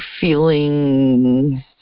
feeling